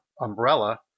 umbrella